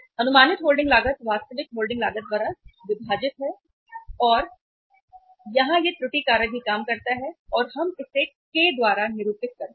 अनुमानित होल्डिंग लागत वास्तविक होल्डिंग लागत द्वारा विभाजित सही है और यहां यह त्रुटि कारक भी काम करता है और हमें इसे K द्वारा निरूपित करता है